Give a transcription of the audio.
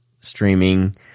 streaming